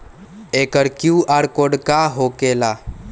एकर QR code का होकेला?